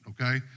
okay